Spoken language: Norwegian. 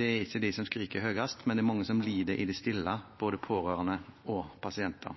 Det er ikke de som skriker høyest, men det er mange som lider i det stille, både pårørende og pasienter.